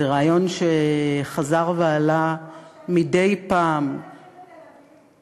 זה רעיון שחזר ועלה מדי פעם, אולי נתחיל בתל-אביב?